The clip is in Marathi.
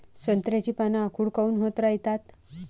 संत्र्याची पान आखूड काऊन होत रायतात?